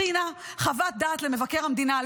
הכינה חוות דעת למבקר המדינה,